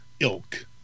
ilk